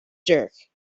jerk